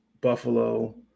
Buffalo